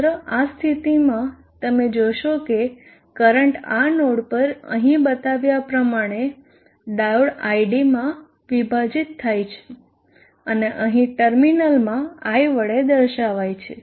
માત્ર આ સ્થિતિમાં તમે જોશો કે કરંટ આ નોડ પર અહીં બતાવ્યા પ્રમાણે ડાયોડ id માં વિભાજીત થાય છે અને અહીં ટર્મિનલમાં i વડે દર્શાવાય છે